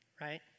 right